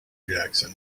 jackson